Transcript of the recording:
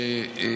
שבה